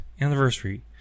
anniversary